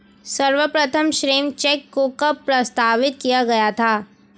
सर्वप्रथम श्रम चेक को कब प्रस्तावित किया गया था?